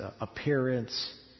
appearance